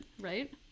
right